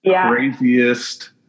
craziest